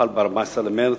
שחל ב-14 במרס,